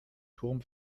turm